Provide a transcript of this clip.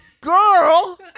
Girl